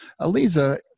Aliza